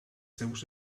seus